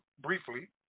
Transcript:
briefly